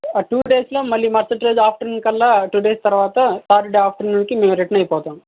ఆ two days లో మళ్ళీ మరుసటి రోజు ఆఫ్టర్ నూన్ కల్లా టూ డేస్ తర్వాత సాటర్డే ఆఫ్టర్ నూన్ కి మేము రిటర్న్ అయిపోతాం